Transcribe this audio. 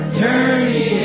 journey